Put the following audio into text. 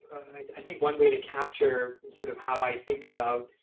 i think one way to capture sort of how i think about